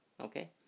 okay